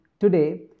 today